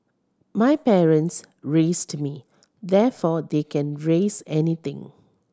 my parents raised me therefore they can raise anything